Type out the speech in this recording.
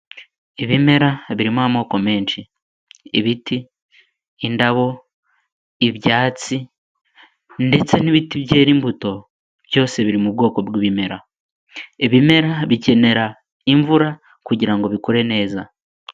Ibimera birimo amoko menshi, ibiti, indabo, ibyatsi, ndetse n'ibiti byera imbuto, byose biri mu bwoko bw'ibimera, ibimera bikenera imvura kugirango bikure neza.